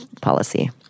policy